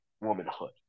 womanhood